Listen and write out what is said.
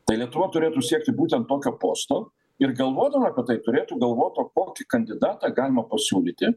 tai lietuva turėtų siekti būtent tokio posto ir galvodama apie tai turėtų galvot o kokį kandidatą galima pasiūlyti